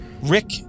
Rick